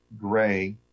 gray